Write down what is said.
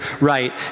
right